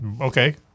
Okay